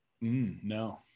No